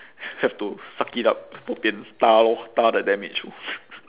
have to suck it up bo pian ta lor ta the damage